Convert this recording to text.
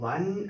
One